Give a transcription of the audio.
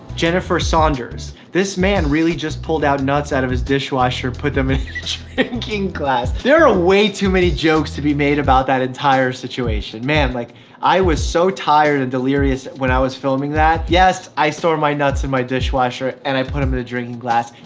jennifer saunders this man really just pulled out nuts out of his dishwasher, put them in a drinking glass. there are way too many jokes to be made about that entire situation. man, like i was so tired and delirious when i was filming that. yes, i store my nuts in my dishwasher and i put them in a drinking glass.